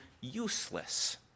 useless